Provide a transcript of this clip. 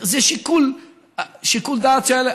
זה שיקול הדעת שהיה.